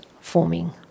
forming